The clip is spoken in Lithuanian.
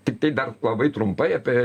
tiktai dar labai trumpai apie